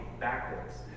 backwards